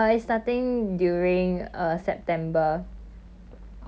is it like a part time 那种 like you can study it anytime